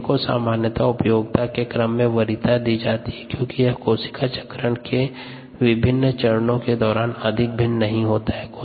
DNA को सामान्यतः उपयोगिता के क्रम में वरीयता दी जाती है क्योंकि यह कोशिका चक्रण के विभिन्न चरणों के दौरान अधिक भिन्न नहीं होता है